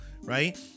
right